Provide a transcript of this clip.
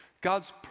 God's